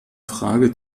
frage